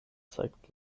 zeigt